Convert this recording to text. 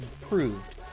proved